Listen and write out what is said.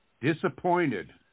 disappointed